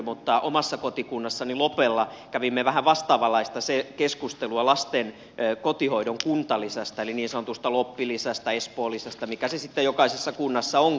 mutta omassa kotikunnassani lopella kävimme vähän vastaavanlaista keskustelua lasten kotihoidon kuntalisästä eli niin sanotusta loppi lisästä espoo lisästä mikä se sitten jokaisessa kunnassa onkaan